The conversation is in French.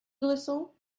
dressant